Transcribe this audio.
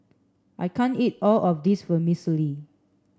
I can't eat all of this Vermicelli